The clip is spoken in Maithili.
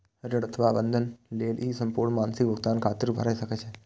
ऋण अथवा बंधक लेल ई संपूर्ण मासिक भुगतान खातिर भए सकैए